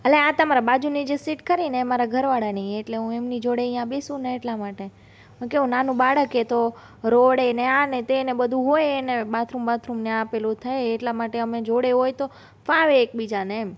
એટલે આ તમારે બાજુની જે સીટ ખરીને એ મારા ઘરવાળાની છે એટલે હું એમની જોડે ત્યાં બેસું ને એટલા માટે હું કેવું નાનું બાળક છે તો રડે ને આ ને તે ને બધું હોય એને બાથરૂમ બાથરૂમ ને આ પેલું થાય એટલા માટે અમે જોડે હોય તો ફાવે એક બીજાને એમ